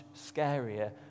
scarier